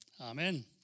Amen